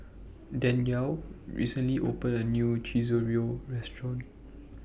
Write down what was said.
Danyell recently opened A New Chorizo Restaurant